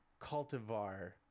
cultivar